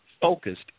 focused